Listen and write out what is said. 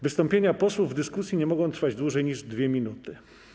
Wystąpienia posłów w dyskusji nie mogą trwać dłużej niż 2 minuty.